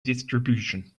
distribution